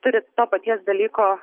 turi to paties dalyko